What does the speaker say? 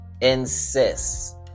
Insists